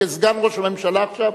כסגן ראש הממשלה עכשיו,